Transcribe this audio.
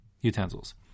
utensils